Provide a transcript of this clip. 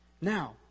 Now